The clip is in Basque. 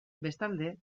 bestalde